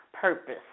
purpose